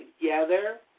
together